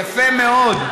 יפה מאוד.